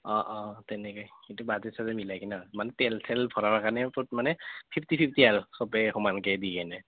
অঁ অঁ তেনেকৈ কিন্তু বাজেট চাজেট মিলাই কিনে মানে অলপমান তেল চেল ভৰাৰ কাৰণে তোৰ মানে ফিফটি ফিফটি আৰু চবেই সমানকৈ দি কেনে